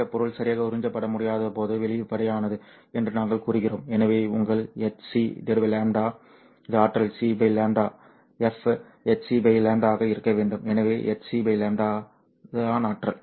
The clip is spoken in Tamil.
இந்த குறிப்பிட்ட பொருள் சரியாக உறிஞ்சப்பட முடியாதபோது வெளிப்படையானது என்று நாங்கள் கூறுகிறோம் எனவே உங்கள் hc λ want இது ஆற்றல் c λ f ஆக இருக்க வேண்டும் எனவே hcλ the ஆற்றல்